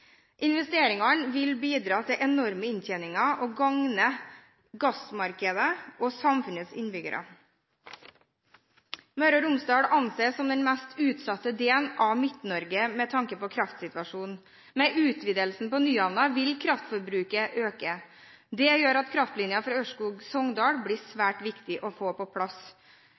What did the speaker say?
Investeringene vil bidra til enorme inntjeninger og gagne gassmarkedet og samfunnets innbyggere. Møre og Romsdal anses som den mest utsatte delen av Midt-Norge med tanke på kraftsituasjonen. Med utvidelsen på Nyhamna vil kraftforbruket øke. Det gjør at kraftlinjen Ørskog–Sogndal blir svært viktig å få på plass.